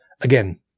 again